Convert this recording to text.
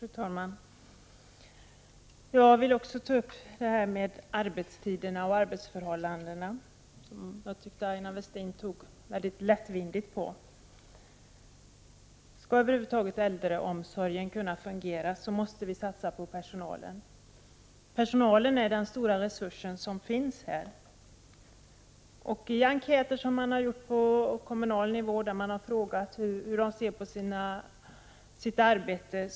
Fru talman! Jag vill också ta upp frågan om arbetstiderna och arbetsförhållandena. Jag tycker att Aina Westin tog mycket lättvindigt på denna fråga. Skall äldreomsorgen över huvud taget kunna fungera måste man satsa på personalen. Personalen är den stora resurs som finns. I enkäter som man har gjort på kommunal nivå har man frågat hur personalen ser på sitt arbete.